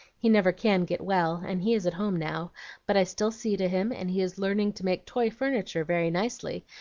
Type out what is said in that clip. he never can get well, and he is at home now but i still see to him, and he is learning to make toy furniture very nicely,